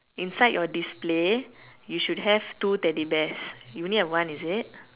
inside your display you should have two teddy bears you only have one is it